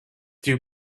dew